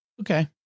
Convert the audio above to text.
Okay